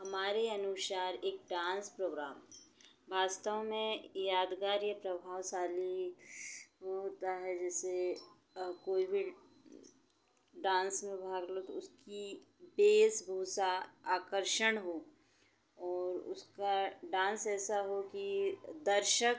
हमारे अनुसार एक डांस प्रोग्राम वास्तव में यादगार या प्रभावशाली वो होता है जैसे कोई भी डांस में भाग लो तो उसकी वेशभूषा आकर्षक हो और उसका डांस ऐसा हो कि दर्शक